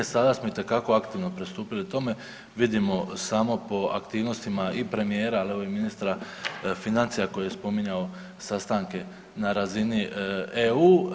Sada smo itekako aktivno pristupili tome, vidimo samo po aktivnostima i premijera, ali evo i ministra financija, koje je spominjao sastanke na razini EU.